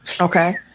Okay